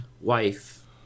wife